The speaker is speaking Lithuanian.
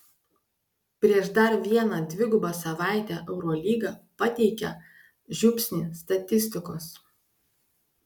prieš dar vieną dvigubą savaitę eurolyga pateikia žiupsnį statistikos